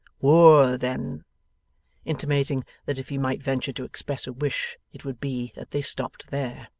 woa then' intimating that if he might venture to express a wish, it would be that they stopped there.